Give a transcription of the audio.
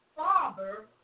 Father